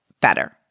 better